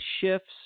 shifts